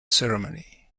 ceremony